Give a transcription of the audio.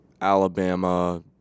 Alabama